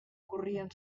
corrien